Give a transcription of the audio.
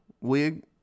Wig